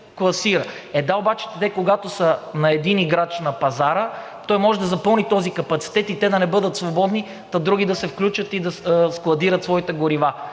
Е, да, обаче те, когато са на един играч на пазара, той може да запълни този капацитет и те да не бъдат свободни, та други да се включат и да складират своите горива.